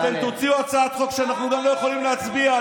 אתם תוציאו הצעת חוק שאנחנו גם לא יכולים להצביע.